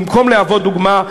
במקום להוות דוגמה,